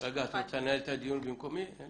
יעל